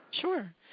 Sure